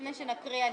לפני שנקריא,